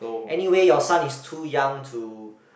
anyway your son is too young to